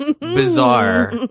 bizarre